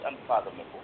unfathomable